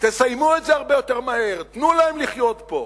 תסיימו את זה הרבה יותר מהר, תנו להם לחיות פה.